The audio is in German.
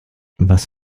was